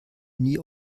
nie